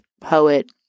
poet